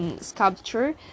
sculpture